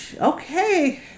okay